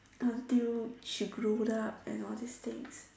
until she grew up and all these things